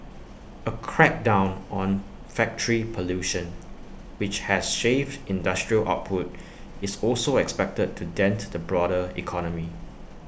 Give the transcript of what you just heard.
A crackdown on factory pollution which has shaved industrial output is also expected to dent the broader economy